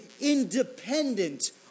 independent